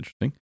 interesting